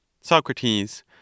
Socrates